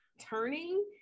turning